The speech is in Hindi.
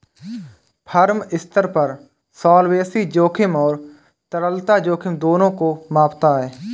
फर्म स्तर पर सॉल्वेंसी जोखिम और तरलता जोखिम दोनों को मापता है